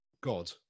God